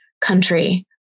country